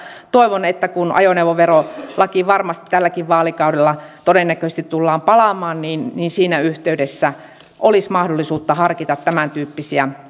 toivon että kun ajoneuvoverolakiin varmasti tälläkin vaalikaudella todennäköisesti tullaan palaamaan siinä yhteydessä olisi mahdollisuus harkita tämäntyyppisiä